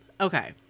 okay